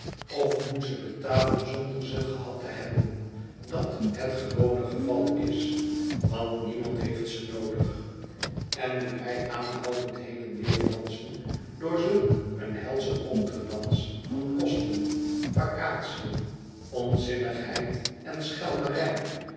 of moet ze betalen zonder ze gehad te hebben dat het gewone geval is want niemand heeft ze noodig en moet hij eet verlaten buis aanhoudend heen en weer dansen door zulk een helschen contredans van kosten vacatiën onzinnigheid en